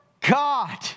God